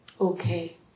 Okay